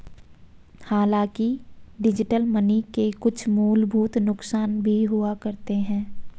हांलाकि digital money के कुछ मूलभूत नुकसान भी हुआ करते हैं